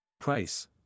Price